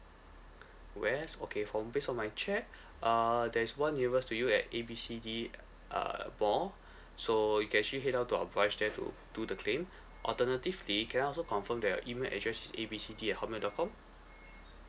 west okay from based on my check uh there is one nearest to you at A B C D uh mall so you can actually head out to our branch there to do the claim alternatively can I also confirm that your email address is A B C D at Hotmail dot com